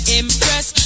impress